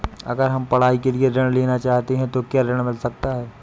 अगर हम पढ़ाई के लिए ऋण लेना चाहते हैं तो क्या ऋण मिल सकता है?